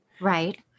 Right